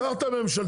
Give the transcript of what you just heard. פתח את הממשלתי,